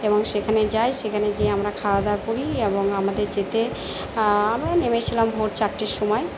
এবং সেখানে যাই সেখানে গিয়ে আমরা খাওয়া দাওয়া করি এবং আমাদের যেতে আমরা ওই নেমেছিলাম ভোর চারটের সময়